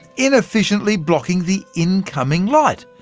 inefficiently blocking the incoming light.